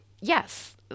Yes